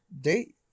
date